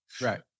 Right